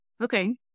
Okay